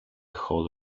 whole